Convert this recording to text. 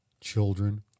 children